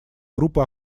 группы